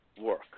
work